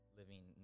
living